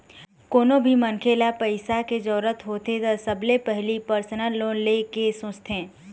कोनो भी मनखे ल पइसा के जरूरत होथे त सबले पहिली परसनल लोन ले के सोचथे